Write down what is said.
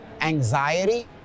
anxiety